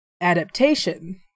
adaptation